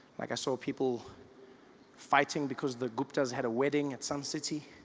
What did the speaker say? like i saw people fighting because the gupta's had a wedding at sun city.